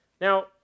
Now